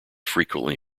frequently